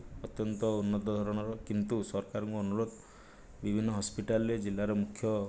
ଅତ୍ୟନ୍ତ ଉନ୍ନତ ଧରଣର କିନ୍ତୁ ସରକାରଙ୍କୁ ଅନୁରୋଧ ବିଭିନ୍ନ ହସ୍ପିଟାଲ୍ରେ ଜିଲ୍ଲା ର ମୁଖ୍ୟ